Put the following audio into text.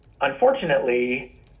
unfortunately